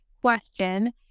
question